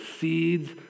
seeds